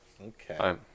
Okay